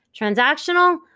transactional